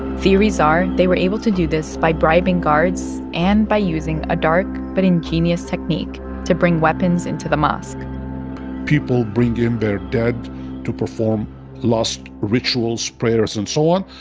theories are they were able to do this by bribing guards and by using a dark but ingenious technique to bring weapons into the mosque people bring in their dead to perform lost rituals, prayers and so on.